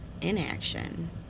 inaction